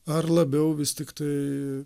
ar labiau vis tiktai